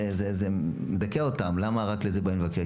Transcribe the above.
זה מדכא אותם, למה רק לזה באים לבקר?